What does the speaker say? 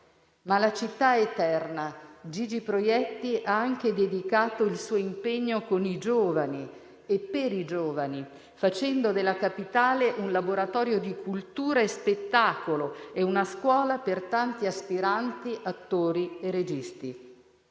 Ma alla città eterna Gigi Proietti ha anche dedicato il suo impegno con i giovani e per i giovani, facendo della capitale un laboratorio di cultura e spettacolo e una scuola per tanti aspiranti attori e registi.